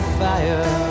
fire